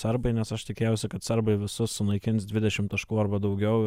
serbai nes aš tikėjausi kad serbai visus sunaikins dvidešimt taškų arba daugiau